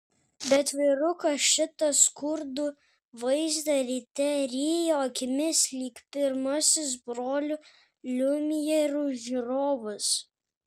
bet vyrukas šitą skurdų vaizdą ryte rijo akimis lyg pirmasis brolių liumjerų žiūrovas